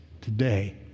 Today